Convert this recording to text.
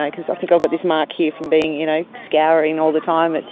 because i think i've got this mark here from being, you know, scowling all the time, and